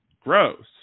gross